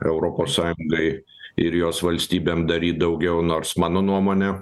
europos sąjungai ir jos valstybėm daryt daugiau nors mano nuomone